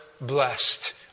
blessed